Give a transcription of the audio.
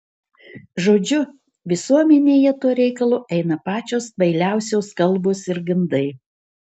žodžiu visuomenėje tuo reikalu eina pačios kvailiausios kalbos ir gandai